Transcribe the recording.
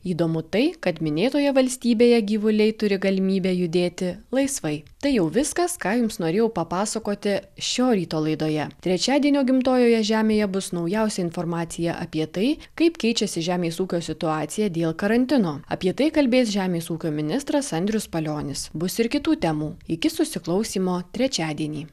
įdomu tai kad minėtoje valstybėje gyvuliai turi galimybę judėti laisvai tai jau viskas ką jums norėjau papasakoti šio ryto laidoje trečiadienio gimtojoje žemėje bus naujausia informacija apie tai kaip keičiasi žemės ūkio situacija dėl karantino apie tai kalbės žemės ūkio ministras andrius palionis bus ir kitų temų iki susiklausymo trečiadienį